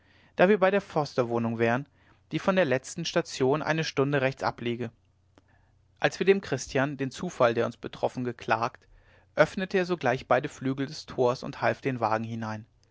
da wir bei der försterwohnung wären die von der letzten station eine stunde rechts ab liege als wir dem christian den zufall der uns betroffen geklagt öffnete er sogleich beide flügel des tors und half den wagen hinein